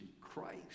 Christ